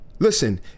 Listen